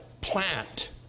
plant